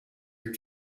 your